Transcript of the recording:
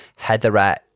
heatherette